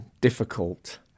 difficult